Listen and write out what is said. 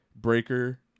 Breaker